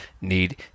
need